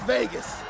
Vegas